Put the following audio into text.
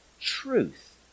truth